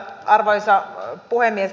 arvoisa puhemies